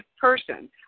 person